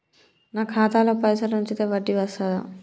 నాకు ఖాతాలో పైసలు ఉంచితే వడ్డీ వస్తదా?